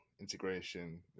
integration